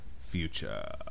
Future